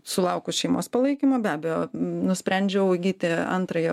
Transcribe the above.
sulaukus šeimos palaikymo be abejo nusprendžiau įgyti antrąjį